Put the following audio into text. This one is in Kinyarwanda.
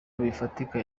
bifatika